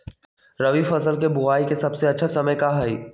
रबी फसल के बुआई के सबसे अच्छा समय का हई?